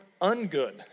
ungood